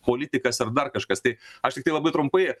politikas ar dar kažkas tai aš tiktai labai trumpai